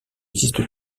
existe